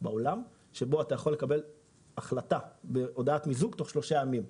בעולם שבו אתה יכול לקבל החלטה על הודעת מיזוג תוך שלושה ימים.